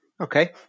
Okay